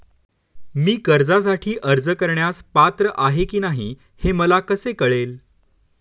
मी कर्जासाठी अर्ज करण्यास पात्र आहे की नाही हे मला कसे कळेल?